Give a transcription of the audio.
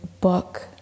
book